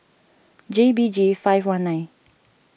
J B G five one nine